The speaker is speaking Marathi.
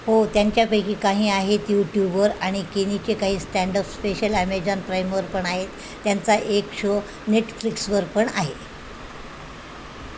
हो त्यांच्यापैकी काही आहेत यूट्यूबवर आणि केनीचे काही स्टँडअप स्पेशल ॲमेझॉन प्राइमवर पण आहेत त्यांचा एक शो नेटफ्लिक्सवर पण आहे